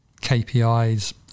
kpis